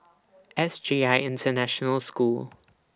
S J I International School